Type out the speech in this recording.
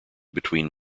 between